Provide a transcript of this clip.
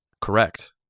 Correct